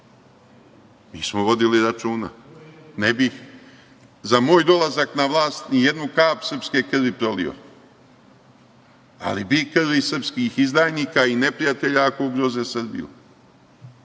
mi smo vodili računa. Ne bi, za moj dolazak na vlast, ni jednu kap srpske krvi prolio, ali bi krvi sprskih izdajnika i neprijatelja ako ugroze Srbiju. Nas